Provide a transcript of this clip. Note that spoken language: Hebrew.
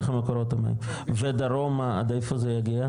מקורות המים ודרומה, עד איפה זה יגיע?